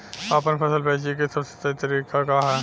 आपन फसल बेचे क सबसे सही तरीका का ह?